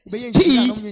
speed